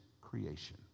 creation